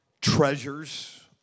treasures